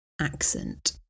accent